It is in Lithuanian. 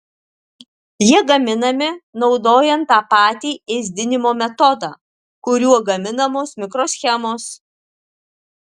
jie gaminami naudojant tą patį ėsdinimo metodą kuriuo gaminamos mikroschemos